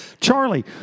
Charlie